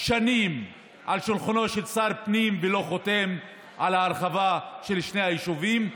שנים על שולחנו של שר הפנים והוא לא חותם על ההרחבה של שני היישובים.